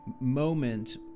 moment